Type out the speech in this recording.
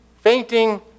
fainting